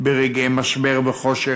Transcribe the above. ברגעי משבר וחושך,